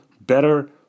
better